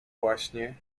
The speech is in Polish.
właśnie